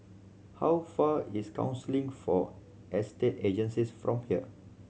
how far is Council for Estate Agencies from here